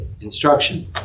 instruction